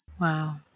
Wow